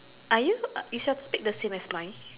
are you is your topic the same as mine